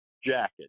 jacket